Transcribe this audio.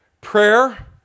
Prayer